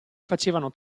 facevano